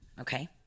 okay